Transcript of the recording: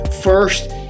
first